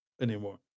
anymore